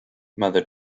mother